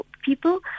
people